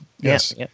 yes